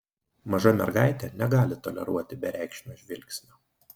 maža mergaitė negali toleruoti bereikšmio žvilgsnio